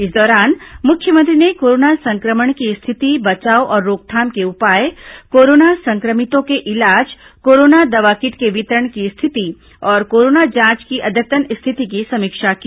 इस दौरान मुख्यमंत्री ने कोरोना संक्रमण की स्थिति बचाव और रोकथाम के उपाय कोरोना संक्रमितों के इलाज कोरोना दवा किट के वितरण की स्थिति और कोरोना जांच की अद्यतन स्थिति की समीक्षा की